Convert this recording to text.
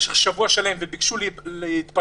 במשך שבוע שלם וביקשו להתפנות,